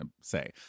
say